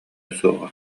суоҕа